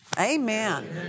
Amen